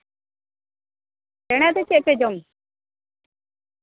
ᱪᱮᱬᱮ ᱫᱚ ᱪᱮᱫ ᱯᱮ ᱡᱚᱢ ᱦᱚᱪᱚᱭᱮᱫ ᱠᱚᱣᱟ